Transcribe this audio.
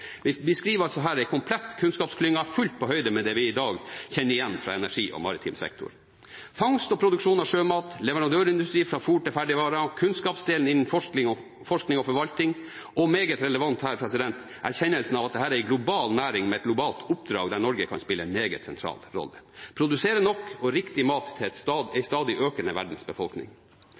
Vi beskriver her en komplett kunnskapsklynge fullt på høyde med det vi i dag kjenner igjen fra energisektoren og fra maritim sektor: fangst og produksjon av sjømat, leverandørindustri fra fôr til ferdigvarer, kunnskapsdelen inklusiv forskning og forvaltning og, meget relevant her, erkjennelsen av at dette er en global næring med et globalt oppdrag, der Norge kan spille en meget sentral rolle – produsere nok og riktig mat til